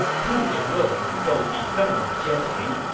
who is willing to go defend jieting?